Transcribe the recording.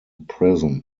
prison